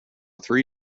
three